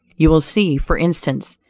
you will see, for instance,